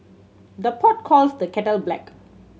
the pot calls the kettle black